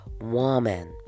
woman